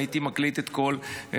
והייתי מקליד את כל ההרצאה.